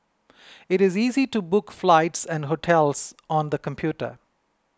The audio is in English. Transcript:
it is easy to book flights and hotels on the computer